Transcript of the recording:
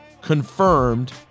confirmed